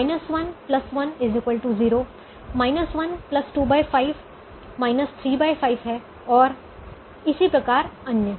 तो 1 1 0 1 25 35 है और इसी प्रकार अन्य